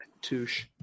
Touche